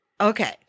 Okay